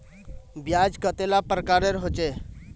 ब्याज कतेला प्रकारेर होचे?